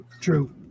true